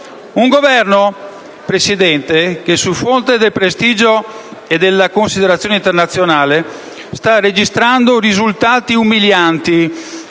un Governo, Presidente, che sul fronte del prestigio e della considerazione internazionale sta registrando risultati umilianti,